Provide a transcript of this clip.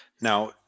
now